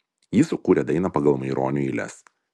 jis sukūrė dainą pagal maironio eiles